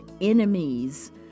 enemies